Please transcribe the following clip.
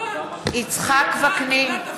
יצחק וקנין,